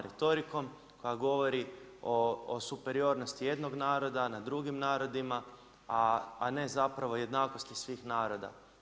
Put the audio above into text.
Retorikom nam govori o superiornosti jednog naroda, nad drugim narodima, a ne zapravo jednakosti svih naroda.